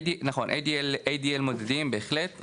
ADL מודדים בהחלט.